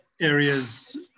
areas